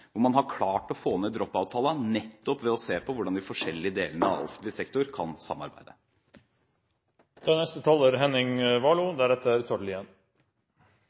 hvor man har klart å få ned drop-out-tallene nettopp ved å se på hvordan de forskjellige delene av offentlig sektor kan samarbeide.